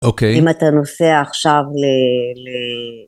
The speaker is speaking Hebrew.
אוקיי. אם אתה נוסע עכשיו ל...